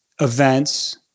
events